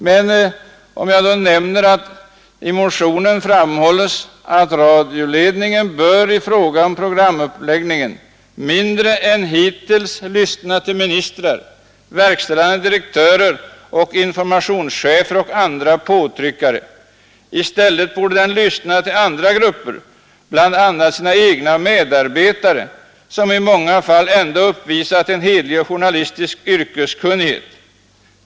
Låt mig bara nämna att i motionen framhålles: ”Radioledningen bör i fråga om programuppläggningen mindre än hittills lyssna till ministrar, verkställande direktörer, informationschefer och andra påtryckare. I stället borde den lyssna till andra grupper, bl.a. sina egna medarbetare som i många fall ändå uppvisat en hederlig och journalistisk yrkeskunnighet.